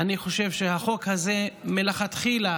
אני חושב שהחוק הזה, מלכתחילה